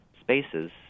spaces